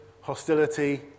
hostility